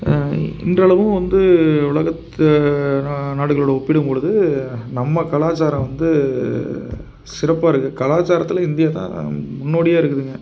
இன்றளவும் வந்து உலகத்து நா நாடுகளோடு ஒப்பிடும்பொழுது நம்ம கலாச்சாரம் வந்து சிறப்பாக இருக்குது கலாச்சாரத்தில் இந்தியா தான் முன்னோடியாக இருக்குதுங்க